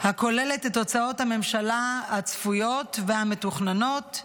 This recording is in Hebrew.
הכוללת את הוצאות הממשלה הצפויות והמתוכננות,